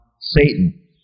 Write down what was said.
Satan